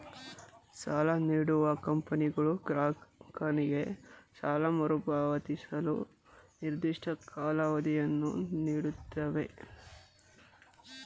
ಸಾಲ ನೀಡುವ ಕಂಪನಿಗಳು ಗ್ರಾಹಕನಿಗೆ ಸಾಲ ಮರುಪಾವತಿಸಲು ನಿರ್ದಿಷ್ಟ ಕಾಲಾವಧಿಯನ್ನು ನೀಡುತ್ತವೆ